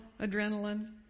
adrenaline